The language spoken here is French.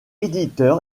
éditeur